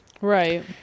right